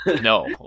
No